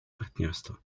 партнерству